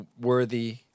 worthy